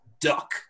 Duck